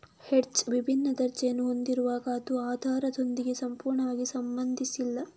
hedge ವಿಭಿನ್ನ ದರ್ಜೆಯನ್ನು ಹೊಂದಿರುವಾಗ ಅದು ಆಧಾರದೊಂದಿಗೆ ಸಂಪೂರ್ಣವಾಗಿ ಸಂಬಂಧಿಸಿಲ್ಲ